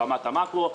ברמת המקרו.